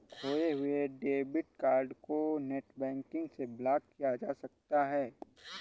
खोये हुए debit card को नेटबैंकिंग से ब्लॉक किया जा सकता है